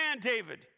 David